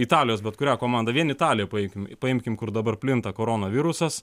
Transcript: italijos bet kurią komandą vien italiją paeikim paimkim kur dabar plinta koronavirusas